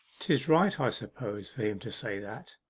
tis right, i suppose, for him to say that.